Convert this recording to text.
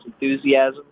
enthusiasm